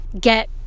get